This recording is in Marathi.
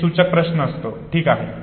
हा सूचक प्रश्न असतो ठीक आहे